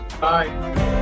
Bye